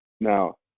Now